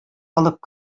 алып